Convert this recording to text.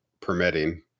permitting